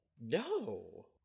No